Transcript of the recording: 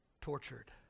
tortured